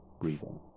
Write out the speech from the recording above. breathing